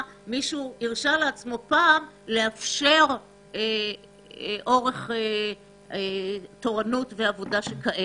מישהו הרשה לעצמו פעם לאפשר אורך תורנות כזה.